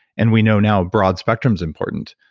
and we know now broad spectrum is important.